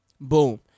boom